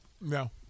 No